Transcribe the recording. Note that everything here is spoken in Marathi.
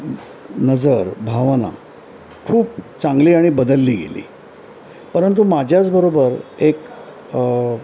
नजर भावना खूप चांगली आणि बदलली गेली परंतु माझ्याच बरोबर एक